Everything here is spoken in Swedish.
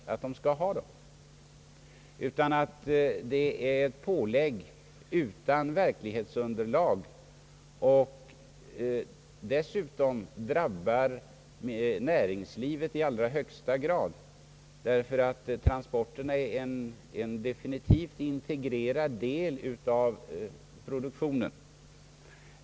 Vårt huvudskäl är i stället att det är fråga om ett pålägg som saknar verklighetsunderlag och som dessutom drabbar näringslivet särskilt svårt, ty transporterna är en integrerad del i produktionen.